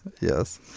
Yes